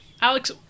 Alex